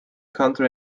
country